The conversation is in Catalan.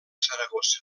saragossa